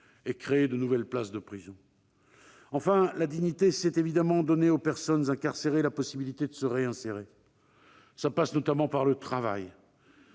et créer de nouvelles places de prison. Enfin, la dignité passe évidemment par le fait de donner aux personnes incarcérées la possibilité de se réinsérer, notamment par le travail.